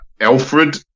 Alfred